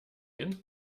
hin